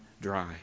dry